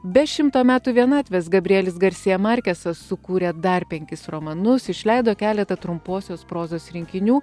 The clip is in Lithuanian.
be šimto metų vienatvės gabrielius garsija markesas sukūrė dar penkis romanus išleido keletą trumposios prozos rinkinių